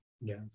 yes